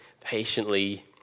patiently